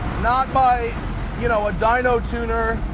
not by you know a dino tuner,